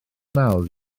mawr